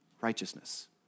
righteousness